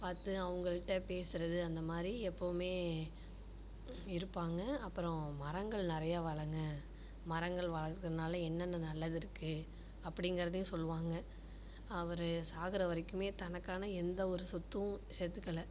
பார்த்து அவங்கள்ட்ட பேசுவது அந்த மாதிரி எப்பவுமே இருப்பாங்க அப்புறம் மரங்கள் நிறைய வளர்ங்க மரங்கள் வளர்க்கிறதுனால என்னென்ன நல்லது இருக்குது அப்படிங்குறதையும் சொல்வாங்க அவர் சாகிற வரைக்குமே தனக்கான எந்த ஒரு சொத்தும் சேர்த்துக்கல